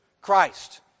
Christ